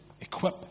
equip